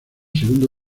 segundo